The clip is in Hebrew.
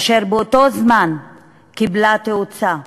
אשר באותו זמן קיבל תאוצה.